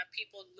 people